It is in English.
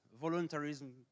Voluntarism